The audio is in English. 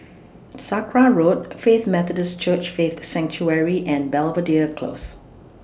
Sakra Road Faith Methodist Church Faith Sanctuary and Belvedere Close